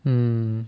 mm